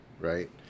right